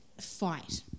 fight